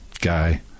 Guy